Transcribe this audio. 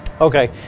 Okay